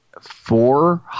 four